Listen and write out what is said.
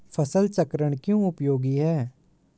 फसल चक्रण क्यों उपयोगी है?